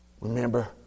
Remember